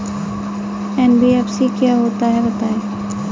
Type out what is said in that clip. NBFC क्या होता है बताएँ?